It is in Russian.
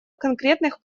конкретных